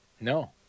No